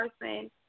person